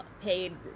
paid